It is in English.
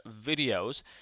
videos